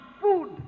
food